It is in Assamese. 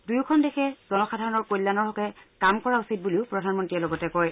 দুয়োখন দেশে জনসাধাৰণৰ কল্যাণৰ হকে কাম কৰা উচিত বুলিও প্ৰধানমন্ত্ৰীয়ে লগতে কয়